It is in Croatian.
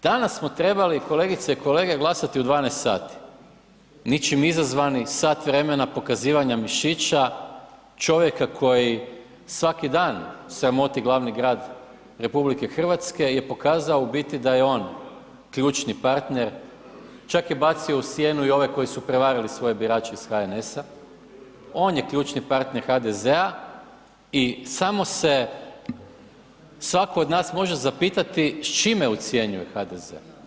Danas smo trebali kolegice i kolege glasati u 12 sati, ničim izazvani sat vremena pokazivanja mišića čovjeka koji svaki dan sramoti glavni grad RH je pokazao u biti da je on ključni partner, čak je bacio u sjenu i ove koji su prevarili svoje birače iz HNS, on je ključni partner HDZ i samo se svatko od nas može zapitati s čime ucjenjuje HDZ?